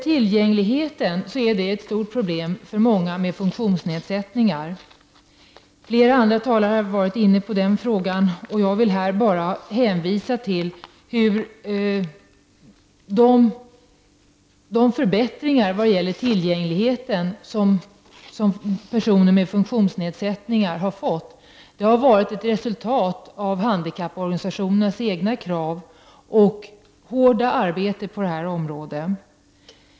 Tillgängligheten är ett stort problem för många med funktionsnedsättningar. Flera andra talare har varit inne på denna fråga, så jag vill bara nämna att personer med funktionsnedsättningar har fått en del förbättringar. Det är ett resultat av handikapporganisationers egna krav och hårda arbete på detta område.